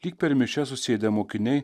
lyg per mišias susėdę mokiniai